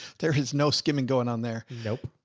there is no skimming going on there. nope.